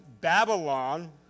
Babylon